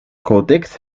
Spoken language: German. kodex